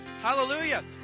Hallelujah